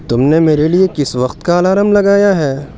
تم نے میرے لیے کس وقت کا الارم لگایا ہے